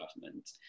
government